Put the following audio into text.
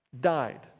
died